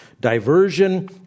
Diversion